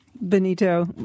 Benito